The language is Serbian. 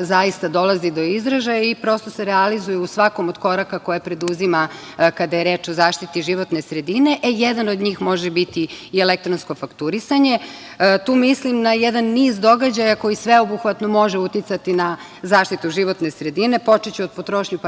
zaista dolazi do izražaja i prosto se realizuje u svakom od koraka koje preduzima kada je reč o zaštiti životne sredine. E jedan od njih može biti i elektronsko fakturisanje. Tu mislim na jedan niz događaja koji sveobuhvatno može uticati na zaštitu životne sredine. Počeću od potrošnje